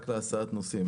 הוא רק להסעת נוסעים.